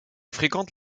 fréquente